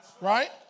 right